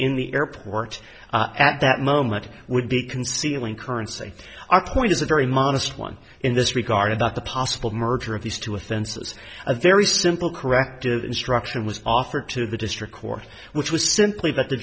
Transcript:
in the airport at that moment would be concealing currency our point is a very modest one in this regard about the possible merger of these two with and says a very simple corrective instruction was offered to the district court which was simply that the